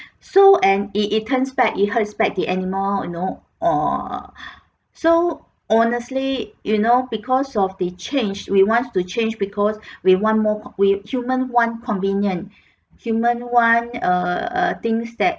so and it it turns back it hurts back the animal you know or so honestly you know because of the change we want to change because we want more we human want convenient human want err err things that